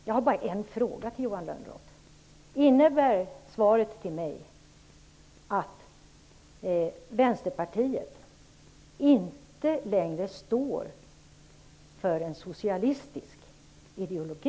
Jag har bara en fråga till Johan Lönnroth: Innebär svaret till mig att Vänsterpartiet inte längre står för en socialistisk ideologi?